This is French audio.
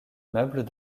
meubles